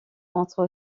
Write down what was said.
entre